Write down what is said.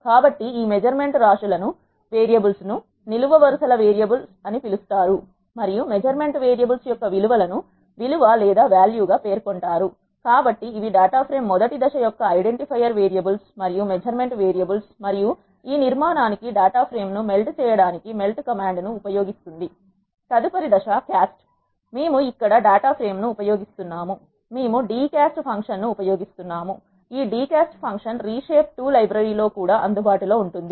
కాబట్టి ఈ మెజర్మెంట్ రాశులను నిలువు వరుసల వేరియబుల్ అని పిలుస్తారు మరియు మెజర్మెంట్ వేరియబుల్స్ యొక్క విలువ లను విలువ లేదా వేల్యూ గా పేర్కొంటారు కాబట్టి ఇవి డేటా ఫ్రేమ్ మొదటి దశ యొక్క ఐడెంటిఫైయర్ వేరియబుల్స్ మరియు మెజర్మెంట్ వేరియబుల్స్ మరియు ఈ నిర్మాణానికి డాటా ఫ్రేమ్ ను మెల్ట్ చేయడానికి మెల్ట్ కమాండ్ ను ఉపయోగిస్తుంది తదుపరి దశ క్యాస్ట్ మేము ఇక్కడ డేటా ఫ్రేమ్ ను ఉపయోగిస్తున్నారు మేము d క్యాస్ట్ ఫంక్షన్ ను ఉపయోగిస్తాము ఈ d cast function reshape 2 library లో కూడా అందుబాటులో ఉంటుంది